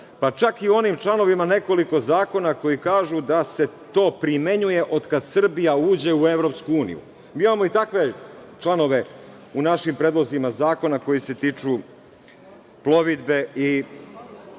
pa čak i onim članovima nekoliko zakona koji kažu da se to primenjuje od kada Srbija uđe u EU. Mi imamo i takve članove u našim predlozima zakona koji se tiču plovidbe i